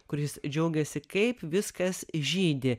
kuris džiaugėsi kaip viskas žydi